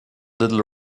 little